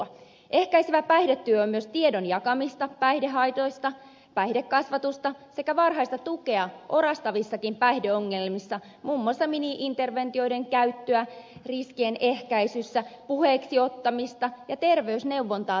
ehkäisevä päihdetyö on myös tiedon jakamista päihdehaitoista päihdekasvatusta sekä varhaista tukea orastavissakin päihdeongelmissa muun muassa mini interventioiden käyttöä riskien ehkäisyssä puheeksi ottamista ja terveysneuvontaa terveydenhuollossa